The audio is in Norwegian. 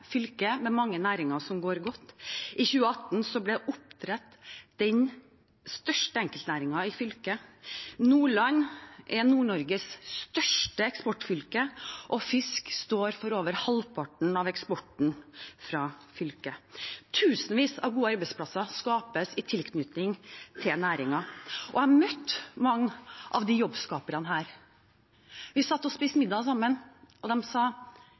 fylke med mange næringer som går godt. I 2018 ble oppdrett den største enkeltnæringen i fylket. Nordland er Nord-Norges største eksportfylke, og fisk står for over halvparten av eksporten fra fylket. Tusenvis av gode arbeidsplasser skapes i tilknytning til næringen, og jeg har møtt mange av disse jobbskaperne. Vi satt og spiste middag sammen, og de sa